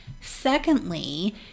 Secondly